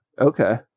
Okay